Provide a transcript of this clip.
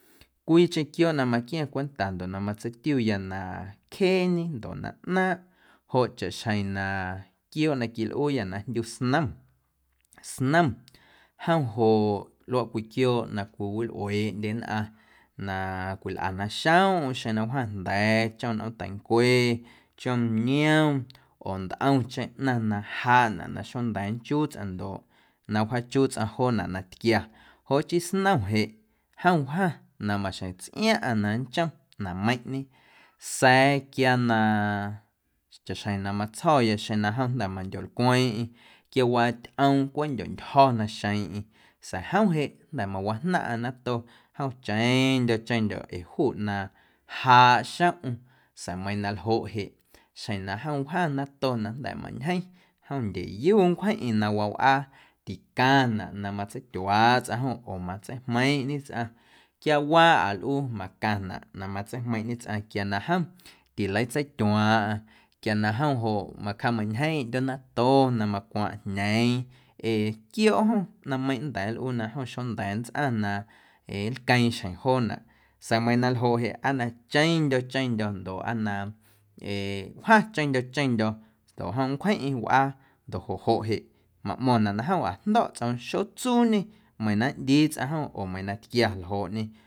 Cwiicheⁿ quiooꞌ na maquia̱ⁿ cwenta ndoꞌ matseitiuya na cjeeñe ndoꞌ na ꞌnaaⁿꞌ joꞌ chaꞌxjeⁿ na quiooꞌ na quilꞌuuyâ na jndyu snom, snom jom joꞌ luaꞌ cwii quiooꞌ na cwiwilꞌueeꞌndye nnꞌaⁿ na cwilꞌana xomꞌm xeⁿ na wjaⁿ jnda̱a̱ chom nꞌoomteincwe, chom niom oo ntꞌomcheⁿ ꞌnaⁿ na jaaꞌnaꞌ na xonda̱a̱ nchuu tsꞌaⁿ ndoꞌ na wjaachuu tsꞌaⁿ joonaꞌ na tquia joꞌ chii snom jeꞌ jom wjaⁿ na maxjeⁿ tsꞌiaⁿꞌaⁿ na nnchom naⁿꞌmeiⁿꞌñe sa̱a̱ quia na chaꞌxjeⁿ na matsjo̱ya na jom mandyolcweeⁿꞌeⁿ quiawaa tyꞌoom cweꞌ ndyontyjo̱ naxeeⁿꞌeⁿ sa̱a̱ jom jeꞌ jnda̱ mawajnaⁿꞌaⁿ nato jom cheⁿndyo̱ cheⁿndyo̱ ee juꞌ na jaaꞌ xomꞌm sa̱a̱ meiiⁿ na ljoꞌ jeꞌ xjeⁿ na jom wjaⁿ nato jnda̱ mantyjeⁿ jom ndyeꞌyu nncwjeⁿꞌeⁿ na wawꞌaa ticaⁿnaꞌ na matseityuaaꞌ tsꞌaⁿ jom oo matseijmeiⁿꞌñe tsꞌaⁿ quiawaaꞌa nlꞌuu macaⁿnaꞌ na matseijmeiⁿꞌñe tsꞌaⁿ quia na jom tileitseityuaaⁿꞌaⁿ quia jom joꞌ macameiⁿntyjeⁿꞌeⁿ ꞌndyoo nato na macwaⁿꞌjñeeⁿ ee quiooꞌ jom ꞌnaⁿmeiⁿꞌ nlꞌuu na jom xonda̱a̱ nntsꞌaⁿ na ee lqueeⁿ xjeⁿ joonaꞌ sa̱a̱ meiiⁿ na ljoꞌ jeꞌ aa na cheⁿndyo̱ cheⁿndyo̱ ndoꞌ aa na ee wjaⁿ cheⁿndyo̱ cheⁿndyo̱ ndoꞌ jom nncwjeⁿꞌeⁿ wꞌaa ndoꞌ joꞌ joꞌ jeꞌ maꞌmo̱ⁿnaꞌ na jomꞌa jndo̱ tsꞌoom xotsuuñe meiiⁿ na ꞌndii tsꞌaⁿ jom meiiⁿ na tquia ljooꞌñe.